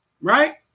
right